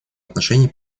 отношении